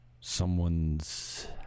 someone's